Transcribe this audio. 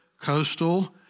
Coastal